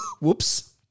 whoops